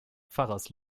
pfarrers